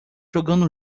jogando